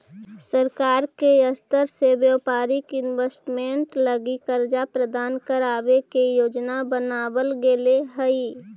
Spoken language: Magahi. सरकार के स्तर से व्यापारिक इन्वेस्टमेंट लगी कर्ज प्रदान करावे के योजना बनावल गेले हई